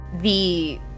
the-